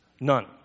None